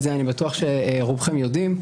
ואני בטוח שרובכם יודעים,